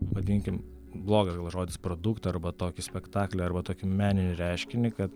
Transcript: vadinkim blogas gal žodis produktą arba tokį spektaklį arba tokį meninį reiškinį kad